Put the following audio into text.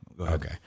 Okay